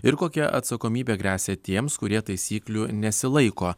ir kokia atsakomybė gresia tiems kurie taisyklių nesilaiko